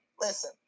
Listen